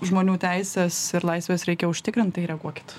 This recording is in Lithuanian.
žmonių teises ir laisves reikia užtikrint tai reaguokit